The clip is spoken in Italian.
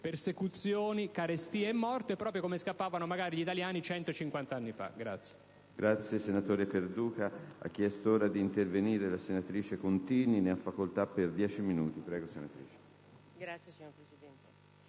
persecuzioni, carestia e morte, proprio come scappavano magari gli italiani 150 anni fa.